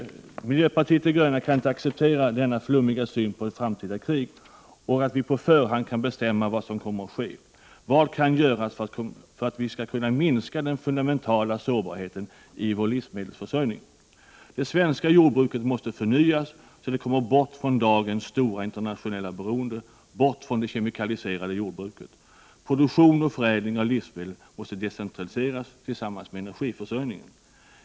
Miljöpartiet de gröna kan inte acceptera denna flummiga syn på framtida krig och att vi på förhand kan bestämma vad som kommer att ske. Vad kan göras för att vi skall kunna minska den fundamentala sårbarheten i vår livsmedelsförsörjning? Det svenska jordbruket måste förnyas så att det kommer bort från dagens stora internationella beroenden, bort från det kemikaliserade jordbruket. Produktion och förädling av livsmedel måste decentraliseras tillsammans med energiförsörjningen.